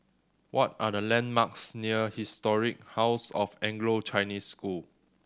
what are the landmarks near Historic House of Anglo Chinese School